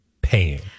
paying